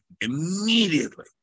immediately